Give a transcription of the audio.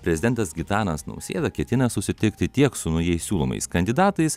prezidentas gitanas nausėda ketina susitikti tiek su naujai siūlomais kandidatais